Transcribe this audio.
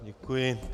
Děkuji.